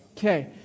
Okay